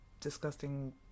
disgusting